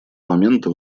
момента